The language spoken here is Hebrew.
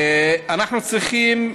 אנחנו צריכים,